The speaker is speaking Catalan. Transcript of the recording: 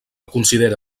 considera